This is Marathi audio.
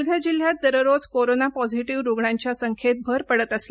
पालघर जिल्ह्यात दररोज कोरोना पोझिटिव्ह रुग्णांच्या संख्येत भर पडत चालली आहे